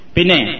Pine